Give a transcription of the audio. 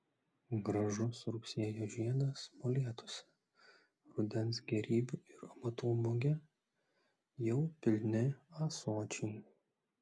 gražus rugsėjo žiedas molėtuose rudens gėrybių ir amatų mugė jau pilni ąsočiai